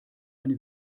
eine